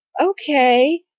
okay